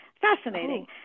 fascinating